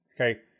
Okay